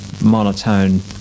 monotone